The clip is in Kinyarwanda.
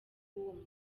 bw’uwo